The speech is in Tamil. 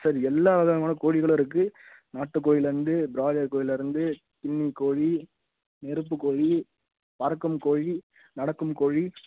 சார் எல்லா விதமான கோழிகளும் இருக்குது நாட்டுக் கோழிலிருந்து ப்ராய்லர் கோழிலிருந்து கின்னிக்கோழி நெருப்புக் கோழி பறக்கும் கோழி நடக்கும் கோழி